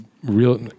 Real